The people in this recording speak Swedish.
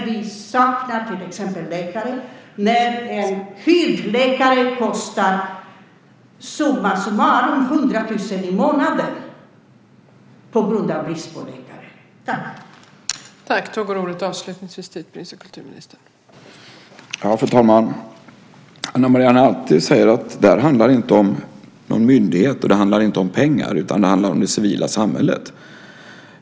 Vi saknar till exempel läkare. En hudläkare kostar summa summarum 100 000 kr i månaden på grund av bristen på läkare.